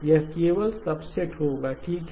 यह केवल सबसेट होगा ठीक है